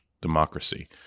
democracy